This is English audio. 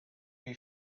you